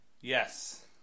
Yes